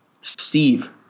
Steve